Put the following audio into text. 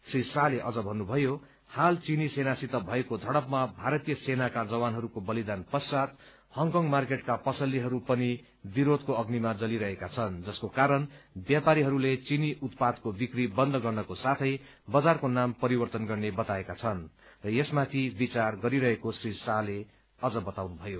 श्री शाहले अझ भन्नुभयो हाल चिनी सेनासित भएको झड़पमा भारतीय सेनाका जवानहरूको बलिदान पश्चात हङकङ मार्केटका पसलेहरू पनि विरोधको अग्निमा जलिरहेका छन् जसको कारण व्यापारीहरूले चिनी उत्पादको बिक्री बन्द गर्नको साथै बजारको नाम परिवर्तन गर्ने बताएका छन् र यसमाथि विचार गरिरहेको श्री शाहले अझ बताउनुभयो